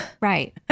Right